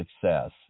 success